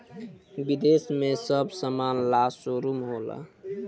विदेश में सब समान ला शोरूम होला